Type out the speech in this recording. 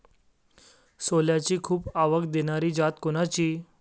सोल्याची खूप आवक देनारी जात कोनची?